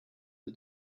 the